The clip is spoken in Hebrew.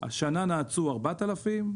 השנה נעצו 4,000,